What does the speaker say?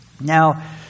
now